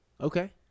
Okay